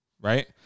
right